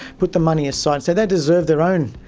put the money aside, so they deserve their own,